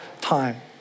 time